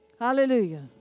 Hallelujah